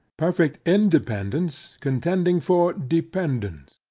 perfect independance contending for dependance.